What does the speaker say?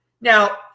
Now